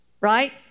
Right